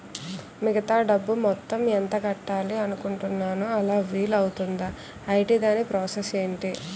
మిగతా డబ్బు మొత్తం ఎంత కట్టాలి అనుకుంటున్నాను అలా వీలు అవ్తుంధా? ఐటీ దాని ప్రాసెస్ ఎంటి?